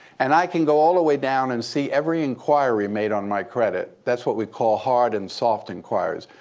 and i can go all the way down and see every inquiry made on my credit. that's what we call hard and soft inquiries.